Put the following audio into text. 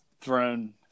thrown